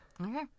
Okay